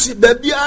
baby